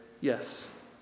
yes